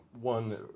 One